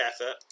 effort